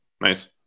nice